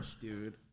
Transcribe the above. dude